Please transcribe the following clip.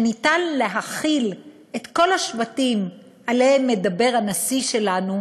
שאפשר להכיל את כל השבטים שעליהם מדבר הנשיא שלנו,